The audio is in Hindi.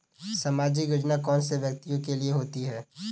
सामाजिक योजना कौन से व्यक्तियों के लिए होती है?